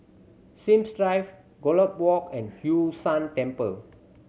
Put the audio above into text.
Sims Drive Gallop Walk and Hwee San Temple